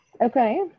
Okay